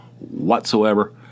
whatsoever